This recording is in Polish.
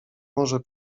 może